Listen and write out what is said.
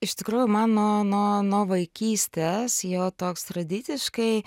iš tikrųjų man nuo nuo nuo vaikystės jau toks tradiciškai